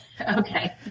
Okay